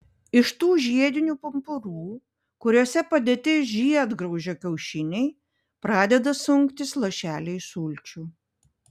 iš tų žiedinių pumpurų kuriuose padėti žiedgraužio kiaušiniai pradeda sunktis lašeliai sulčių